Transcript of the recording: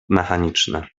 mechaniczne